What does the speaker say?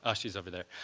ah she's over there.